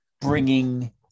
bringing